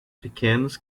pequenos